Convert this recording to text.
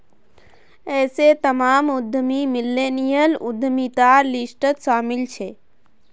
ऐसे तमाम उद्यमी मिल्लेनियल उद्यमितार लिस्टत शामिल छे